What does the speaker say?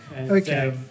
Okay